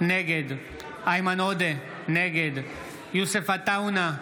נגד איימן עודה, נגד יוסף עטאונה,